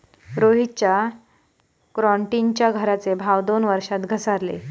रोहितच्या क्रॉन्क्रीटच्या घराचे भाव दोन वर्षात घसारले